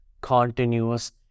continuous